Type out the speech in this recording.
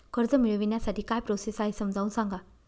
कर्ज मिळविण्यासाठी काय प्रोसेस आहे समजावून सांगा